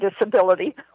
disability